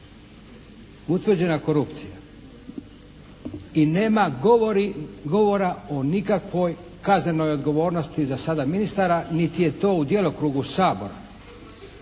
Utvrđena korupcija. I nema govora o nikakvoj kaznenoj odgovornosti za sada ministara niti je to u djelokrugu Sabora.